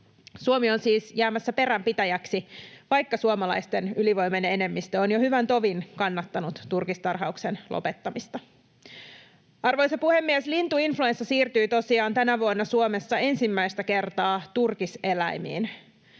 Suomi on siis jäämässä peränpitäjäksi, vaikka suomalaisten ylivoimainen enemmistö on jo hyvän tovin kannattanut turkistarhauksen lopettamista. Arvoisa puhemies! Lintuinfluenssa siirtyi tosiaan tänä vuonna Suomessa ensimmäistä kertaa turkiseläimiin.